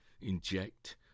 inject